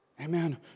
amen